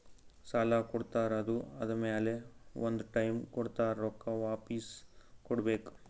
ಸಾಲಾ ಕೊಡ್ತಾರ್ ಅದು ಆದಮ್ಯಾಲ ಒಂದ್ ಟೈಮ್ ಕೊಡ್ತಾರ್ ರೊಕ್ಕಾ ವಾಪಿಸ್ ಕೊಡ್ಬೇಕ್